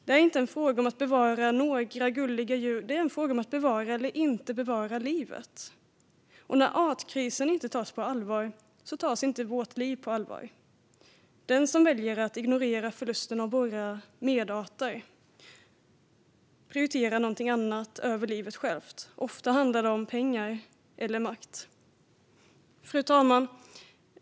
Det är inte en fråga om att bevara några gulliga djur; det är en fråga om att bevara eller inte bevara livet. När artkrisen inte tas på allvar tas inte vårt liv på allvar. Den som väljer att ignorera förlusten av våra medarter prioriterar någonting annat över livet självt. Ofta handlar det om pengar eller makt. Fru talman!